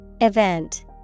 Event